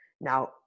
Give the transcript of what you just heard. Now